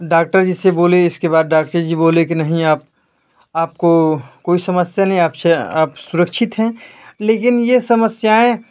doctor ji से बोले इसके बाद डॉक्टर जी बोले कि नहीं आप आपको कोई समस्या नहीं आपसे आप सुरक्षित हैं लेकिन यह समस्याएँ